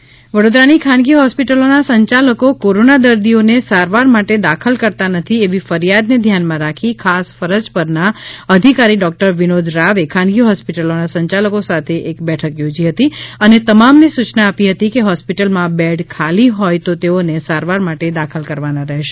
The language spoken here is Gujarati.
વડોદરા ખાનગી હોસ્પિટલ વડોદરાની ખાનગી હોસ્પિટલોના સંચાલકો કોરોના દર્દીઓ ને સારવાર માટે દાખલ કરતા નથી એવી ફરિયાદને ધ્યાનમાં રાખી ખાસ ફરજ પરના અધિકારી ડોક્ટર વિનોદ રાવે ખાનગી હોસ્પિટલોના સંયાલકો સાથે એક બેઠક યોજી હતી અને તમામને સુયના આપી હતી કે હોસ્પિટલમાં બેડ ખાલી હોય તો તેઓને સારવાર માટે દાખલ કરવાના રહેશે